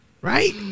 Right